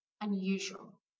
unusual